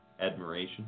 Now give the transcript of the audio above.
admiration